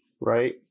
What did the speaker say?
Right